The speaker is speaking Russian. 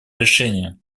решение